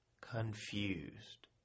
confused